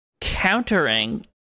countering